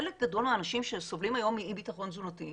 חלק גדול מהאנשים שסובלים היום מאי בטחון תזונתי,